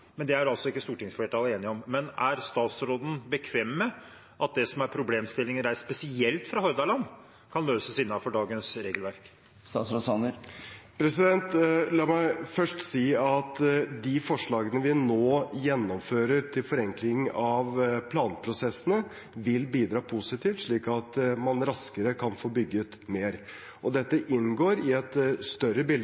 men at regjeringens forslag selvfølgelig ville gitt en videre dispensasjonsadgang. Det er altså ikke stortingsflertallet enig i. Men er statsråden bekvem med at det som er problemstillinger reist spesielt fra Hordaland, kan løses innenfor dagens regelverk? La meg først si at de forslagene vi nå gjennomfører til forenkling av planprosessene, vil bidra positivt, slik at man raskere kan få bygget mer.